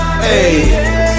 Hey